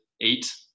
eight